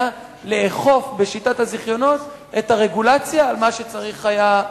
לאכוף בשיטת הזיכיונות את הרגולציה על מה שצריך היה,